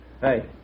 Hey